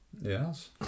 Yes